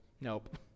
nope